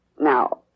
Now